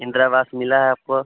इंद्रा वास मिला है आपको